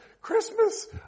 Christmas